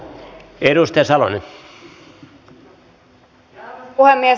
arvoisa puhemies